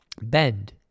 Bend